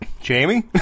Jamie